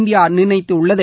India நிர்ணயித்துள்ளது